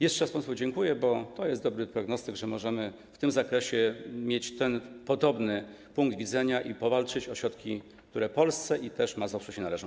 Jeszcze raz państwu dziękuję, bo to jest dobry prognostyk tego, że możemy w tym zakresie mieć podobny punkt widzenia i powalczyć o środki, które Polsce i Mazowszu się należą.